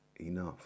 enough